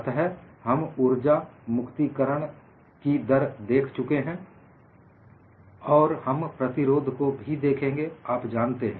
अतः हम उर्जा मुक्ति करण की दर देख चुके हैं और हम प्रतिरोध को भी देखेंगे आप जानते हैं